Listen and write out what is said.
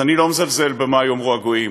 אני לא מזלזל במה יאמרו הגויים,